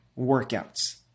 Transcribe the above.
workouts